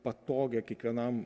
patogią kiekvienam